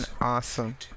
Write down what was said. awesome